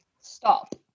Stop